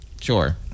Sure